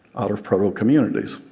out of proto-communities.